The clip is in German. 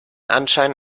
anschein